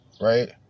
right